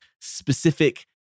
specific